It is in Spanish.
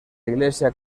iglesia